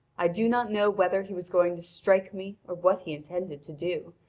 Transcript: i do not know whether he was going to strike me or what he intended to do,